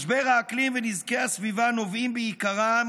משבר האקלים ונזקי הסביבה נובעים בעיקרם